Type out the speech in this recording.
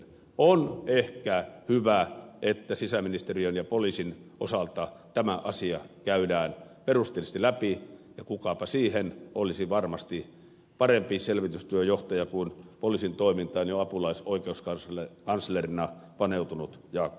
on ehkä hyvä että sisäministeriön ja poliisin osalta tämä asia käydään perusteellisesti läpi ja kukapa siihen olisi varmasti parempi selvitystyön johtaja kuin poliisiin toimintaan jo apulaisoikeuskanslerina paneutunut jaakko jonkka